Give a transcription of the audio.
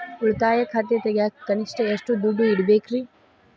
ಉಳಿತಾಯ ಖಾತೆ ತೆಗಿಯಾಕ ಕನಿಷ್ಟ ಎಷ್ಟು ದುಡ್ಡು ಇಡಬೇಕ್ರಿ?